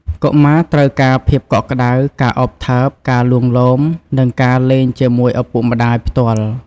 កុមារត្រូវការភាពកក់ក្ដៅ ការឱបថើប ការលួងលោម និងការលេងជាមួយឪពុកម្ដាយផ្ទាល់។